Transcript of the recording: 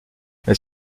les